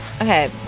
Okay